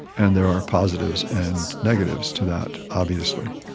and there are positives and negatives to that obviously.